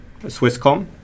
Swisscom